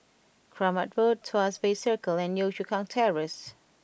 Kramat Road Tuas Bay Circle and Yio Chu Kang Terrace